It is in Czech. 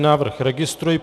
Návrh registruji.